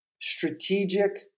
strategic